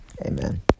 Amen